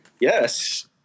Yes